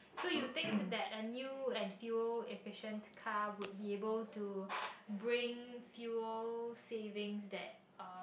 so you think that a new and fuel efficient car would be able to bring few savings that uh